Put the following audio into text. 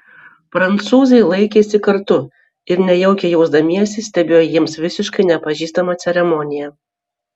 prancūzai laikėsi kartu ir nejaukiai jausdamiesi stebėjo jiems visiškai nepažįstamą ceremoniją